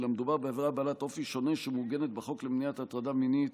אלא מדובר בעבירה בעלת אופי שונה שמעוגנת בחוק למניעת הטרדה מינית,